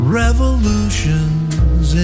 revolutions